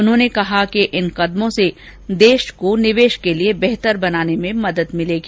उन्होंने कहा कि इन कदमों से देश को निवेश के लिये बेहतर बनाने में मदद मिलेगी